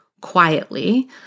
quietly